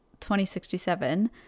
2067